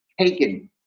taken